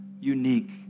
unique